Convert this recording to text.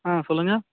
ஆ சொல்லுங்கள்